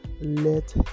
let